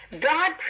God